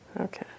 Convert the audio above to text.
Okay